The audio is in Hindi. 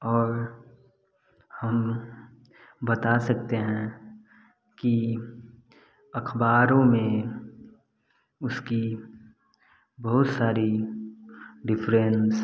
और हम बता सकते हैं कि अखबारों में उसकी बहुत सारी डिफ़्रेंस